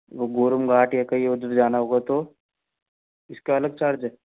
वह गोरमघाट या कहीं उधर जाना होगा तो इसका अलग चार्ज है